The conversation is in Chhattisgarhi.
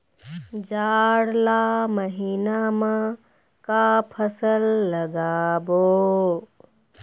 जाड़ ला महीना म का फसल लगाबो?